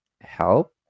help